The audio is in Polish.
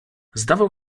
zdawał